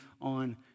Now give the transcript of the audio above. on